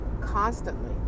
constantly